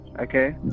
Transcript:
Okay